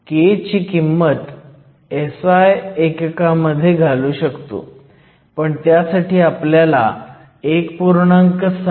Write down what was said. k ची किंमत SI एककामध्ये घालू शकतो पण त्यासाठी आपल्याला 1